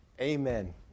Amen